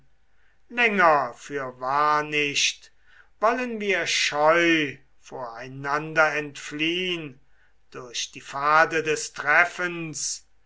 länger fürwahr nicht wollen wir scheu voreinander entfliehn durch die pfade des treffens